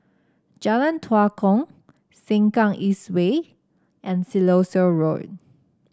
Jalan Tua Kong Sengkang East Way and Siloso Road